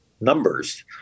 numbers